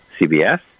CBS